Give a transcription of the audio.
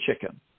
chicken